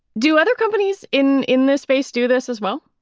do other companies in in this space do this as well?